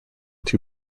two